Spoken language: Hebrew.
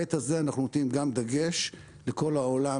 ובהיבט הזה אנחנו נותנים דגש לכל העולם